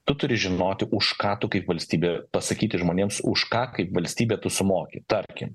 tu turi žinoti už ką tu kaip valstybė pasakyti žmonėms už ką kaip valstybė tu sumoki tarkim